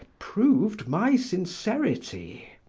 proved my sincerity.